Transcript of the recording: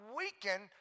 weaken